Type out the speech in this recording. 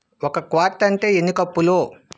ఒక క్వార్ట్ అంటే ఎన్ని కప్పులు